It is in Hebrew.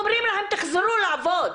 אומרים להן תחזרו לעבוד.